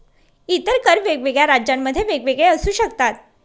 इतर कर वेगवेगळ्या राज्यांमध्ये वेगवेगळे असू शकतात